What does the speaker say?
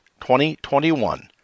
2021